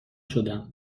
شدم